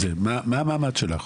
מה המעמד שלך?